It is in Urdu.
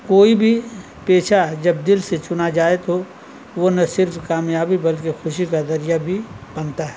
کوئی بھی پیشہ جب دل سے چنا جائے تو ہو وہ نہ صرف کامیابی بلکہ خوشی کا ذریعہ بھی بنتا ہے